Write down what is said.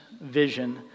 vision